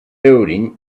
building